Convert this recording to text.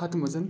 ہَتہٕ منٛز